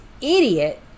idiot